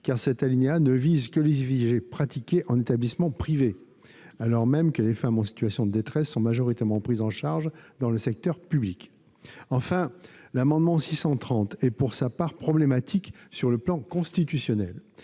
car cet alinéa ne vise que les IVG pratiquées en établissement privé, alors même que les femmes en situation de détresse sont majoritairement prises en charge dans le secteur public. Enfin, l'amendement n° 630 rectifié est problématique sur le plan constitutionnel.